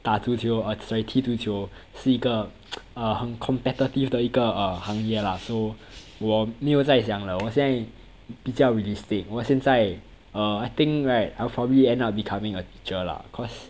打足球 err sorry 踢足球是一个啊很 competitive 的一个 err 行业啦 so 我没有再想了我现在比较 realistic 我现在 err I think right I'll probably end up becoming a teacher lah cause